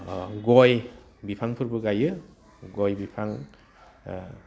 गय बिफांफोरबो गाइयो गय बिफां